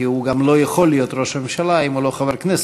כי הוא גם לא יכול להיות ראש הממשלה אם הוא לא חבר הכנסת,